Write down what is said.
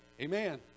Amen